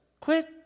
quit